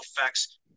effects